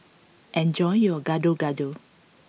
enjoy your Gado Gado